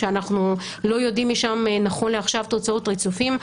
שאנחנו לא יודעים משם נכון לעכשיו תוצאות ריצופים,